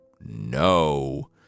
no